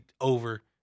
over